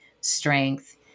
strength